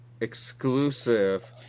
exclusive